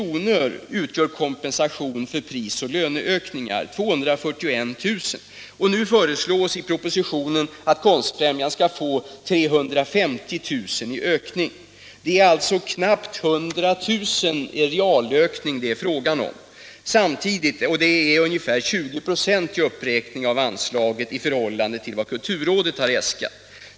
av detta anslag utgör kompensation för prisoch löneökningar. Nu föreslås i propositionen att Konstfrämjandet skall få en total anslagsökning med 350 000 kr. Det är alltså fråga om en realökning på knappt 100 000 kr. Det innebär ungefär 20 26 i uppräkning av anslaget i förhållande till vad kulturrådet har äskat.